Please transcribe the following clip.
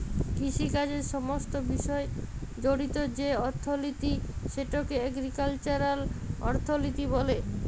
কিষিকাজের সমস্ত বিষয় জড়িত যে অথ্থলিতি সেটকে এগ্রিকাল্চারাল অথ্থলিতি ব্যলে